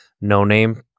no-name